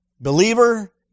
Believer